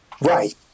right